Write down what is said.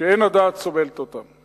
שאין הדעת סובלת אותה.